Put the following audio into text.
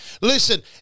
Listen